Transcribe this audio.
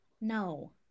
no